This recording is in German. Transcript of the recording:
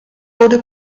wurde